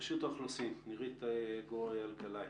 רשות האוכלוסין, נירית אלקלעי.